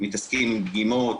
מתעסקים עם דגימות,